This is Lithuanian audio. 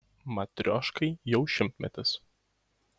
matrioškai jau šimtmetis